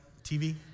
TV